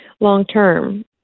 long-term